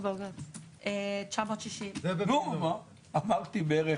960. נו, אמרתי בערך